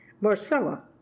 Marcella